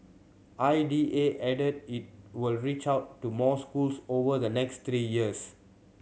I D A added it will reach out to more schools over the next three years